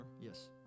Yes